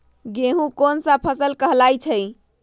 गेहूँ कोन सा फसल कहलाई छई?